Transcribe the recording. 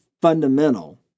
fundamental